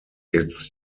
its